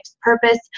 purpose